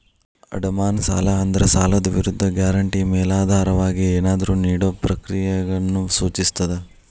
ಅಡಮಾನ ಸಾಲ ಅಂದ್ರ ಸಾಲದ್ ವಿರುದ್ಧ ಗ್ಯಾರಂಟಿ ಮೇಲಾಧಾರವಾಗಿ ಏನಾದ್ರೂ ನೇಡೊ ಪ್ರಕ್ರಿಯೆಯನ್ನ ಸೂಚಿಸ್ತದ